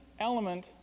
element